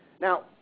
Now